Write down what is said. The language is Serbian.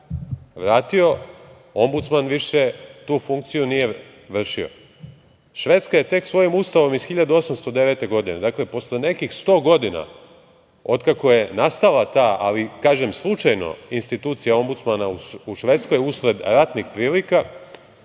vratio ombudsman više tu funkciju nije vršio. Švedska je tek svojim Ustavom iz 1809. godine, dakle posle nekih 100 godina otkako je nastala, ali kažem slučajno, institucija Ombudsmana u Švedskoj usled ratnih prilika,